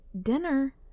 dinner